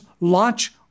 launch